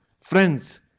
Friends